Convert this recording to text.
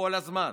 כל הזמן.